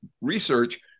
research